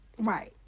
right